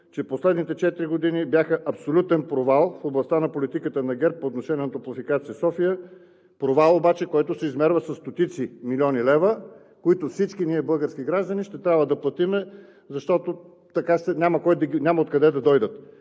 че последните четири години бяха абсолютен провал в областта на политиката на ГЕРБ по отношение на „Топлофикация София“ – провал обаче, който се измерва със стотици милиони лева, които всички ние, българските граждани, ще трябва да платим, защото няма откъде да дойдат.